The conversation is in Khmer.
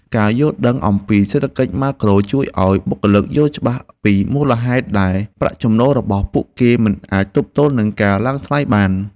ការយល់ដឹងអំពីសេដ្ឋកិច្ចម៉ាក្រូជួយឱ្យបុគ្គលិកយល់ច្បាស់ពីមូលហេតុដែលប្រាក់ចំណូលរបស់ពួកគេមិនអាចទប់ទល់នឹងការឡើងថ្លៃបាន។